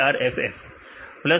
arff